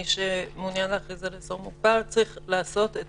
מי שמעוניין להכריז על אזור מוגבל צריך לעשות את